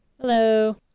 Hello